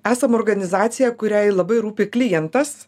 esam organizacija kuriai labai rūpi klientas